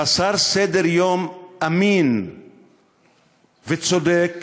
חסר סדר-יום אמין וצודק,